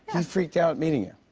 and freaked out meeting you.